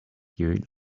you